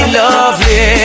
lovely